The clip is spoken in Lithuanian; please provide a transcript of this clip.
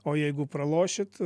o jeigu pralošit